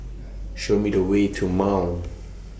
Show Me The Way to Mount